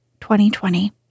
2020